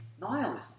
nihilism